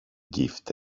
gift